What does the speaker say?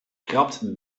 krabt